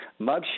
mugshot